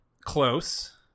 close